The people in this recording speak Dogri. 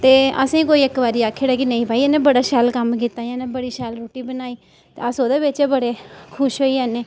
ते असें गी कोई इक्क बारी आक्खी ओड़े कि नेईं भाई इ'न्ने बड़ा शैल कम्म कीता जां इन्ने बड़ी शैल रूट्टी बनाई ते अस ओह्दे बिच्च बड़े खुश होई जन्ने